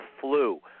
flu